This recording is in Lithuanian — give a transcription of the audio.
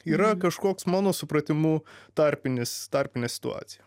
yra kažkoks mano supratimu tarpinis tarpinė situacija